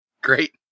Great